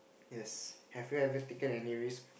yes have you ever taken any risk